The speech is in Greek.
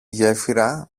γέφυρα